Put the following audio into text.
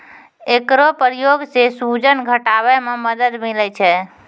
एकरो प्रयोग सें सूजन घटावै म मदद मिलै छै